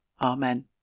Amen